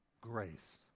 grace